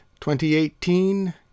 2018